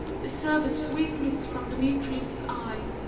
deserve a sweet look from demetrius' eye,